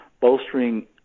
bolstering